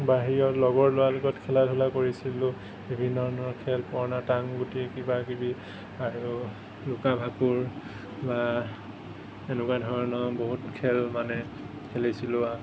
বাহিৰত লগৰ ল'ৰাৰ লগত খেলা ধূলা কৰিছিলোঁ বিভিন্ন ধৰণৰ খেল পুৰণা টাং গুটি কিবা কিবি আৰু লুকাভাকুৰ বা এনেকুৱা ধৰণৰ বহুত খেল মানে খেলিছিলোঁ